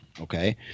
Okay